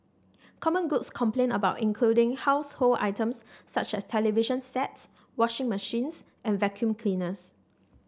common goods complained about including household items such as television sets washing machines and vacuum cleaners